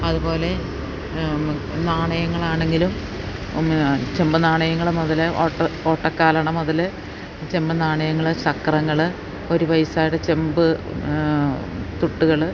അതുപോലെ നാണയങ്ങളാണെങ്കിലും ചെമ്പു നാണയങ്ങള് മുതല് ഓട്ടക്കാലണ മുതല് ചെമ്പുനാണയങ്ങള് ചക്രങ്ങള് ഒരു പൈസയുടെ ചെമ്പ് തുട്ടുകള്